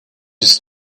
his